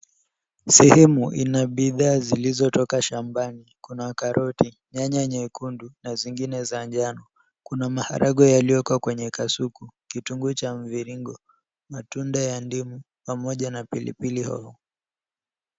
Sehemu ina bidhaa zilizotoka shambani. Kuna karoti, nyanya nyekundu na zingine za njano. Kuna maharagwe yaliyokaa kwenye kasuku, kitunguu vya mviringo, matunda ya ndimu, pamoja na pilipili hoho.